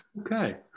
okay